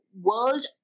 world